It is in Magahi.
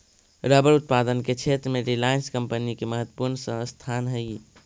रबर उत्पादन के क्षेत्र में रिलायंस कम्पनी के महत्त्वपूर्ण स्थान हई